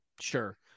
sure